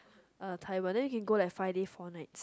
uh taiwan then we can go like five days four nights